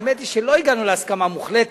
האמת היא שלא הגענו להסכמה מוחלטת.